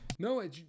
No